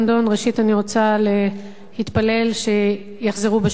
ראשית, אני רוצה להתפלל שיחזרו בשלום,